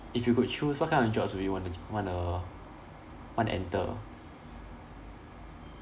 if you could choose what kind of jobs would you wanna wanna want to enter